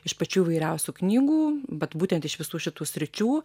iš pačių įvairiausių knygų vat būtent iš visų šitų sričių